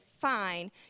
fine